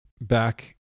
back